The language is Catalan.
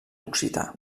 occità